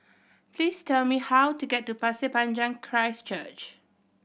please tell me how to get to Pasir Panjang Christ Church